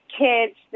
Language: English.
kids